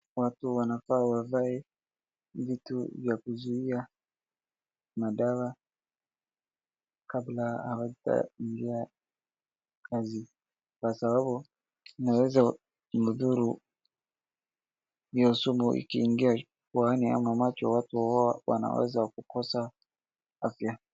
Watu wanafaa wavae vitu vya kuzuia madawa kabla hawajaingia kazi, kwa sababu inaweza wadhuru hiyo sumu ikiingia puani ama macho watu wanaweza kukosa afya.